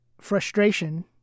frustration